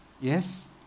Yes